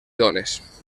dones